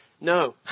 no